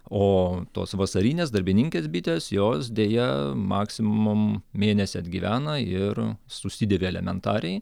o tos vasarinės darbininkės bitės jos deja maksimum mėnesį atgyvena ir susidėvi elementariai